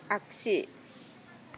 आग्सि